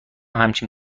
همچین